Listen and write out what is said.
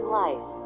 life